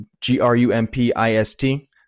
G-R-U-M-P-I-S-T